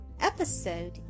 Episode